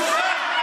בושה.